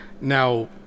now